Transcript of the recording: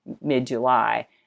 mid-July